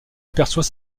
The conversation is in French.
aperçoit